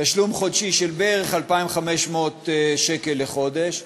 תשלום חודשי של בערך 2,500 שקל לחודש,